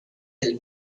del